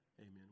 Amen